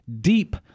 deep